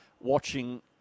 watching